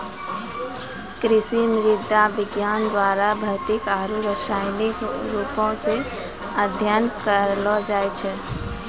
कृषि मृदा विज्ञान द्वारा भौतिक आरु रसायनिक रुप से अध्ययन करलो जाय छै